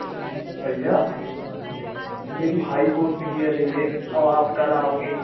भैया मेरी high court में हियरिंग है और अब आप कल आओगे